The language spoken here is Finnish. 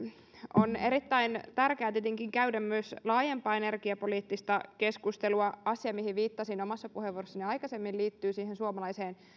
on erittäin tärkeää tietenkin käydä myös laajempaa energiapoliittista keskustelua asia mihin viittasin omassa puheenvuorossani aikaisemmin liittyy siihen suomalaiseen